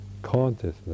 Consciousness